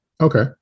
Okay